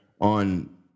on